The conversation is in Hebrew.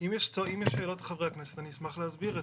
אם יש שאלות לחברי הכנסת, אני אשמח להסביר.